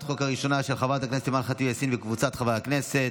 הראשונה היא של חברת הכנסת אימאן ח'טיב יאסין וקבוצת חברי הכנסת,